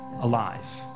alive